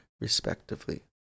respectively